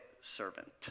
servant